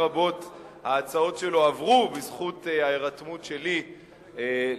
רבות ההצעות שלו עברו בזכות ההירתמות שלי לסייע,